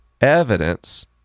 evidence